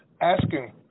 asking